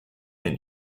and